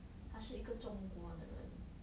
他是一个中国的人